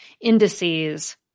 indices